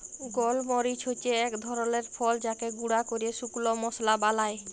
গল মরিচ হচ্যে এক ধরলের ফল যাকে গুঁরা ক্যরে শুকল মশলা বালায়